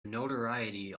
notoriety